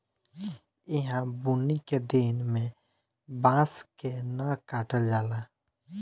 ईहा बुनी के दिन में बांस के न काटल जाला